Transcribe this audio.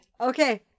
Okay